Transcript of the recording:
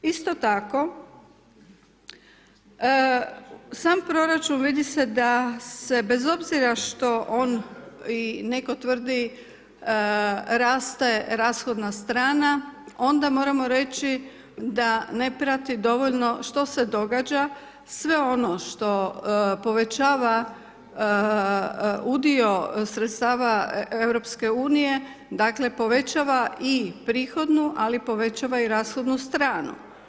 Isto tako sam proračun vidi se da se bez obzira što on i netko tvrdi raste rashodna strana onda moramo reći da ne prati dovoljno što se događa, sve ono što povećava udio sredstava EU, dakle povećava i prihodnu, ali povećava i rashodnu stranu.